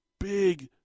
Big